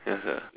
ya sia